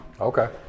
Okay